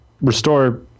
restore